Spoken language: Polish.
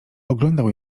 oglądał